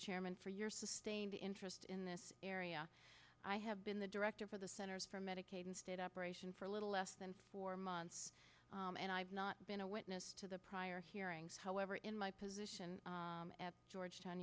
chairman for your sustained interest in this area i have been the director for the centers for medicaid and state operation for a little less than four months and i've not been a witness to the prior hearings however in my position at georgetown